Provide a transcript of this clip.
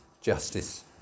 justice